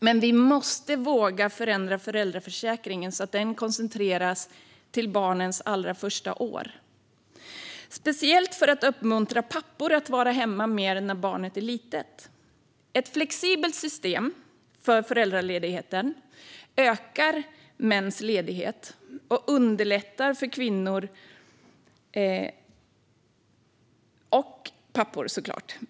Men vi måste våga förändra föräldraförsäkringen så att den koncentreras till barnets allra första år, speciellt för att uppmuntra pappor att vara hemma mer när barnet är litet. Ett flexibelt system för föräldraledighet ökar mäns ledighet och underlättar för både kvinnor och män.